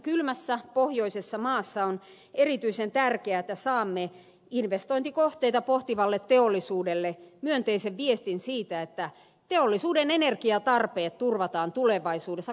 kylmässä pohjoisessa maassa on erityisen tärkeää että saamme investointikohteita pohtivalle teollisuudelle myönteisen viestin siitä että teollisuuden energiatarpeet turvataan tulevaisuudessa kohtuuhintaan